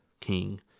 King